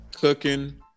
Cooking